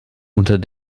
unter